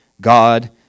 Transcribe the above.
God